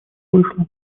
вышло